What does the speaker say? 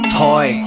toy